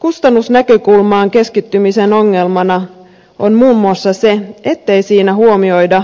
kustannusnäkökulmaan keskittymisen ongelmana on muun muassa se ettei siinä huomioida